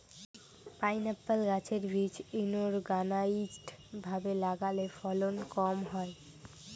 pineapple গাছের বীজ unorganised ভাবে লাগালে ফলন কম হয়